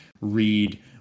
read